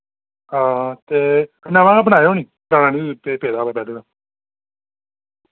हां ते नमां गै बनाएओ निं पराना निं पे पेदा होऐ पैह्लें दा